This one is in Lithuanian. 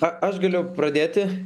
a aš galiu pradėti